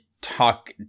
talk